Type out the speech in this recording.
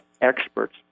experts